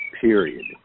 period